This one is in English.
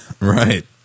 right